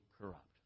corrupt